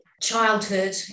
childhood